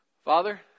Father